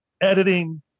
Editing